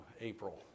April